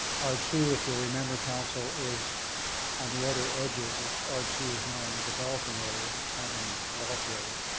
r two, if you'll remember, council, is on the outer edges. it's r two is now in the developing areas. it's not in the developed areas.